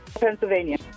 Pennsylvania